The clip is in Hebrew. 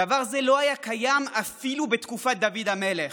דבר זה לא היה קיים אפילו בתקופת דוד המלך.